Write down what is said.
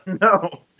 No